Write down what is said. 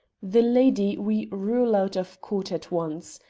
the lady we rule out of court at once.